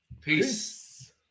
Peace